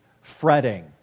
fretting